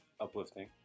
uplifting